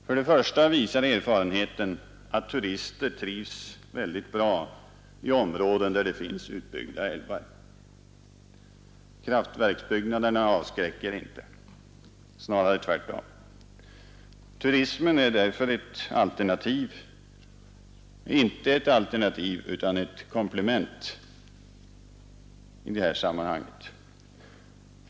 För det första visar erfarenheten att turister trivs väldigt bra i områden där det finns utbyggda älvar. Kraftverksbyggnaderna avskräcker inte, snarare tvärtom. Turismen är därför inte ett alternativ utan ett komplement.